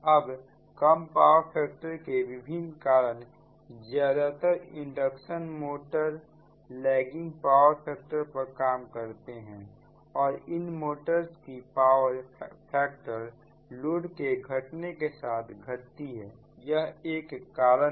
अब कम power factor के विभिन्न कारण ज्यादातर induction motor lagging power factor पर काम करते हैंऔर इन मोटर की पावर फैक्टर लोड के घटने के साथ घटती हैंयह एक कारण है